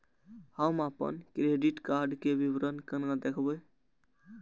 हम अपन credit card के विवरण केना देखब?